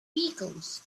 vehicles